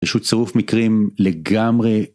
איזשהו צירוף מקרים לגמרי.